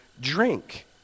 drink